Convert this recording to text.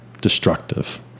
destructive